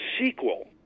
sequel